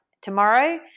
Tomorrow